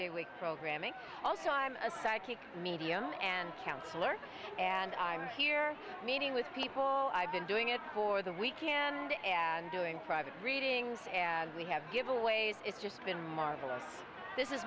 day week programming also i'm a psychic medium and counselor and i'm here meeting with people i've been doing it for the we can the ad doing private readings ad we have giveaways it's just been marvelous this is